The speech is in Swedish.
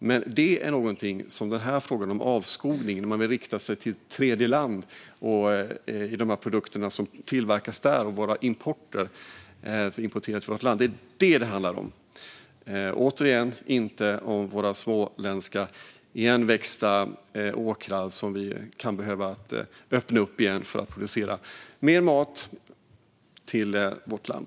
Den andra är att den här frågan handlar om att man vill rikta sig till tredjeland när det gäller produkterna som tillverkas där och det som vi importerar till vårt land. Det är det som det här handlar om och inte om våra småländska igenväxta åkrar som vi kan behöva öppna igen för att producera mer mat till vårt land.